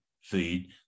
feed